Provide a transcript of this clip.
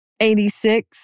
86